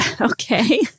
Okay